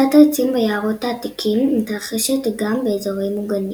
כריתת העצים ביערות העתיקים מתרחשת גם באזורים מוגנים.